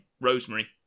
Rosemary